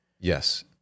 Yes